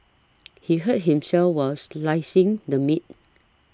he hurt himself while slicing the meat